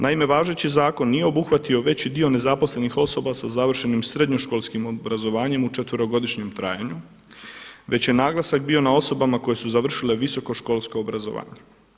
Naime, važeći zakon nije obuhvatio veći dio nezaposlenih osoba sa završenim srednjoškolskim obrazovanjem u četverogodišnjem trajanju već je naglasak bio na osobama koje su završile visokoškolsko obrazovanje.